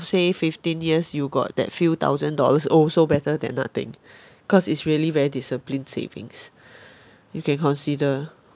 say fifteen years you got that few thousand dollars also better than nothing cause it's really very disciplined savings you can consider